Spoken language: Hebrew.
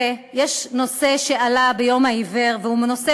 ולוודא עד כמה היא נרחבת,